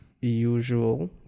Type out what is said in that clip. usual